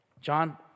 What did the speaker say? john